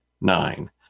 nine